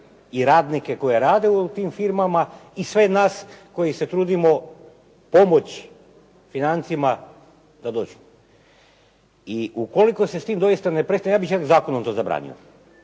i radnike koji rade u tim firmama i sve nas koji se trudimo pomoć financijama da dođu. Ukoliko se s tim doista ne prestane ja bih to zakonom zabranio,